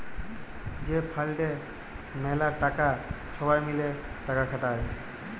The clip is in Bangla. যে ফাল্ডে ম্যালা টাকা ছবাই মিলে টাকা খাটায়